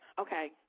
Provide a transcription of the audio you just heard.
Okay